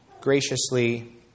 graciously